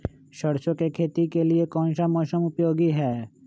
सरसो की खेती के लिए कौन सा मौसम उपयोगी है?